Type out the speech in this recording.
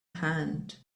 hand